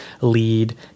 lead